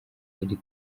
iri